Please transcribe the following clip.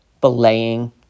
belaying